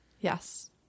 Yes